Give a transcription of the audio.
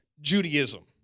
Judaism